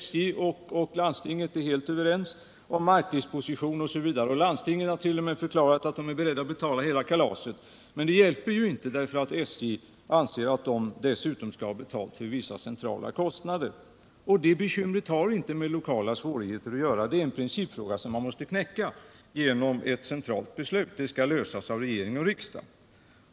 SJ och landstinget är helt överens om de lokala problemen, om markdisposition osv., och landstinget har t.o.m. förklarat sig berett att betala hela kalaset. Men det hjälper inte, eftersom SJ anser att företaget dessutom skall ha betalt för vissa centrala kostnader. Det bekymret har inte med några lokala svårigheter att göra, utan det är en ren principfråga som måste knäckas genom ett centralt beslut av regering och riksdag.